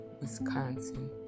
Wisconsin